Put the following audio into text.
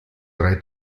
drei